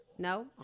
No